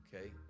Okay